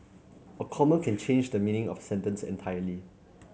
a comma can change the meaning of sentence entirely